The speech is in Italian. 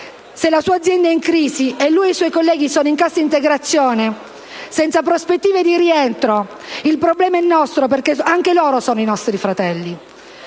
se la sua azienda è in crisi e lui e i suoi colleghi sono in cassa integrazione senza prospettive di rientro, il problema è nostro, perché anche loro sono nostri fratelli.